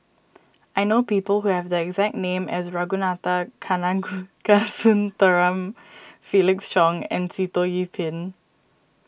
I know people who have the exact name as Ragunathar Kanagasuntheram Felix Cheong and Sitoh Yih Pin